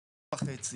הוא בן ארבע וחצי,